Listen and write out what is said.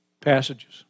passages